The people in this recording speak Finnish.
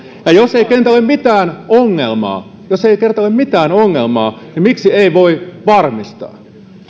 ja jos ei kerta ole mitään ongelmaa jos ei kerta ole mitään ongelmaa niin miksi ei voi varmistaa